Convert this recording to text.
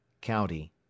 County